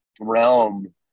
realm